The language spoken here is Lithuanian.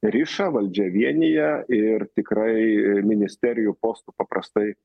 riša valdžia vienija ir tikrai ministerijų postų paprastai